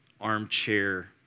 armchair